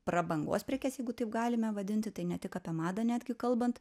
prabangos prekes jeigu taip galime vadinti tai ne tik apie madą netgi kalbant